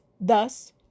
Thus